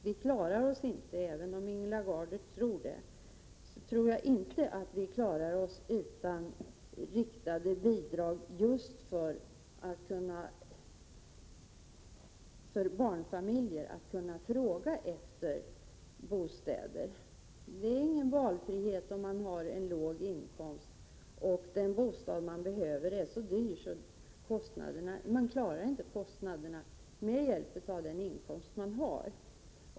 Vi klarar oss inte, även om Ingela Gardner tror det, utan riktade bidrag, just för att barnfamiljer skall kunna fråga efter bostäder. Det är ingen valfrihet om man har en låg inkomst och den bostad man behöver är så dyr att man inte klarar kostnaderna med den inkomst man har.